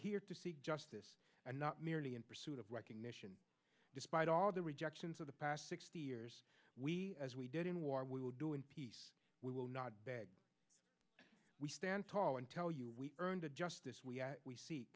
here to seek justice and not merely in pursuit of recognition despite all the rejections of the past sixty years we as we did in war we will do in peace we will not we stand tall and tell you we earn the justice we we see